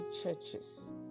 churches